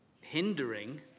hindering